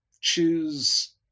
choose